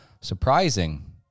surprising